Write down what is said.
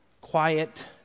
quiet